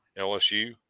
LSU